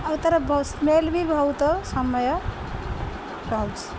ଆଉ ତାର ବ ସ୍ମେଲ୍ ବି ବହୁତ ସମୟ ରହୁଛିି